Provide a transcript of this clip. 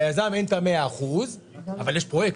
ליזם אין את ה-100 אחוז אבל יש פרויקט.